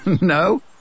No